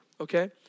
okay